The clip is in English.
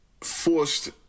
forced